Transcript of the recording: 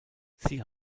sie